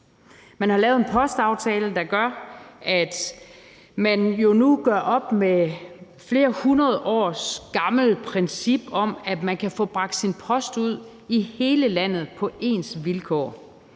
Man har lavet en postaftale, der gør, at man jo nu gør op med et flere hundrede år gammelt princip om, at man kan få bragt sin post ud i hele landet på ens vilkår.